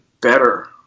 better